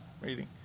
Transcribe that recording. reading